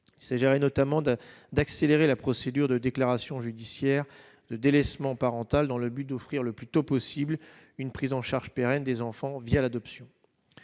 C'est géré notamment de d'accélérer la procédure de déclaration judiciaire le délaissement parental dans le but d'offrir le plus tôt possible une prise en charge pérenne des enfants via l'adoption,